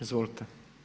Izvolite.